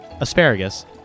asparagus